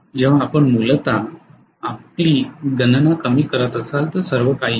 जेव्हा आपण मूलत आपली गणना कमी करत असाल तर सर्व काही आहे